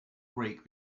break